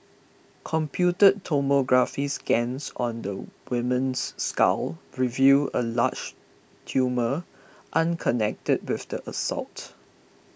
computed tomography scans on the woman's skull revealed a large tumour unconnected with the assault